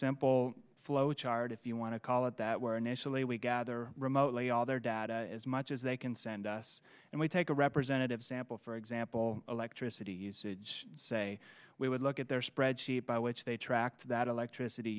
simple flowchart if you want to call it that were initially we gather remotely all their data as much as they can send us and we take a representative sample for example electricity usage say we would look at their spreadsheet by which they tracked that electricity